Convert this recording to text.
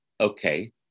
Okay